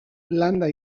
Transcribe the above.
landa